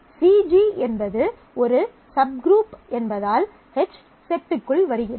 CG என்பது ஒரு subgroup என்பதால் H செட்டுக்குள் வருகிறது